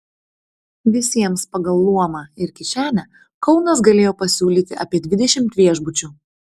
visiems pagal luomą ir kišenę kaunas galėjo pasiūlyti apie dvidešimt viešbučių